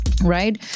right